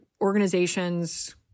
organizations